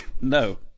No